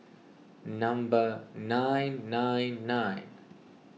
number nine nine nine